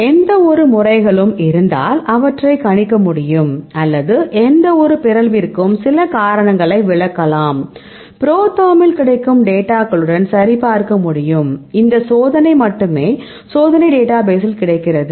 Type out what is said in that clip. எந்தவொரு முறைகளும் இருந்தால் அவற்றை கணிக்க முடியும் அல்லது எந்தவொரு பிறழ்விற்கும் சில காரணங்களை விளக்கலாம் புரோதெர்மில் கிடைக்கும் டேட்டாகளுடன் சரிபார்க்க முடியும் இந்த சோதனை மட்டுமே சோதனை டேட்டாபேசில் கிடைக்கிறது